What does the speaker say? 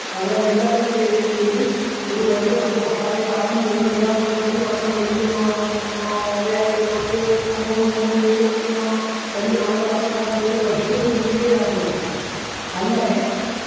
അത് എല്ലാവരും കൂടെ ഏറ്റുചൊല്ലും ഒരു വലിയ സന്തോഷമായിട്ടാണും പെണ്ണും എല്ലാം കൂടെ കൂടി വട്ടം വലിയ എന്നാ വലയായിട്ട് പത്ത് അമ്പതും നൂറും പേരും ഒക്കെ ഇങ്ങനെ വലിയ വല കാണും അതിനകത്തൊരു പശു ഒരു പുലിയേ കാണുകയുള്ളു അങ്ങനെ